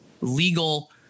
legal